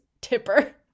tipper